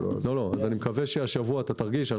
אני מקווה שהשבוע אתה תרגיש.